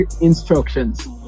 instructions